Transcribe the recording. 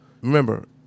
Remember